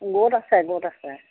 গোট আছে গোট আছে